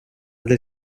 del